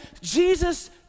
Jesus